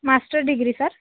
master degree sir